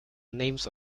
names